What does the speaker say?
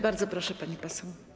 Bardzo proszę, pani poseł.